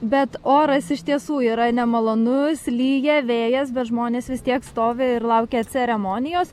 bet oras iš tiesų yra nemalonus lyja vėjas bet žmonės vis tiek stovi ir laukia ceremonijos